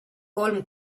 kolm